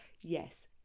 Yes